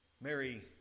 Mary